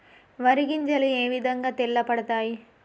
వరి గింజలు ఏ విధంగా తెల్ల పడతాయి?